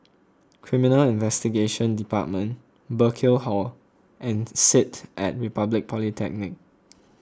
Criminal Investigation Department Burkill Hall and Sit at Republic Polytechnic